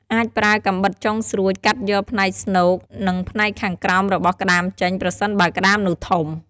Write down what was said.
អាចប្រើកាំបិតចុងស្រួច កាត់យកផ្នែកស្នូក និងផ្នែកខាងក្រោមរបស់ក្ដាមចេញ ប្រសិនបើក្ដាមនោះធំ។